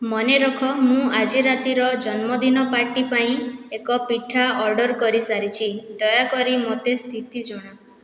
ମନେରଖ ମୁଁ ଆଜିରାତିର ଜନ୍ମଦିନ ପାର୍ଟି ପାଇଁ ଏକ ପିଠା ଅର୍ଡ଼ର କରିସାରିଛି ଦୟାକରି ମୋତେ ସ୍ଥିତି ଜଣା